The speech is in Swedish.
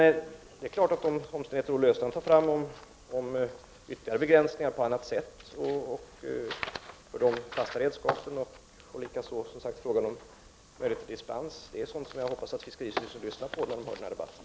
Olle Östrand kan kanske visa på ytterligare begränsningar på annat sätt när det gäller de fasta redskapen och möjligheterna till dispens. Det är klart att jag i så fall hoppas att fiskeristyrelsen tar fasta på sådana synpunkter efter att ha tagit del av den här debatten.